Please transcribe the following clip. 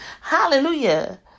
Hallelujah